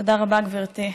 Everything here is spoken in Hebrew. תודה רבה, גברתי.